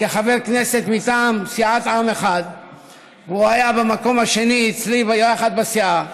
כחבר כנסת מטעם סיעת עם אחד והוא היה במקום השני אצלי ביחד בסיעה,